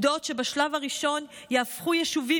אלו עובדות שבשלב הראשון יהפכו יישובים